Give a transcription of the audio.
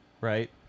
right